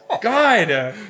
God